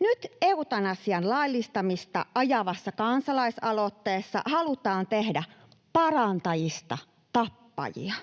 Nyt eutanasian laillistamista ajavassa kansalaisaloitteessa halutaan tehdä parantajista tappajia